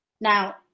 Now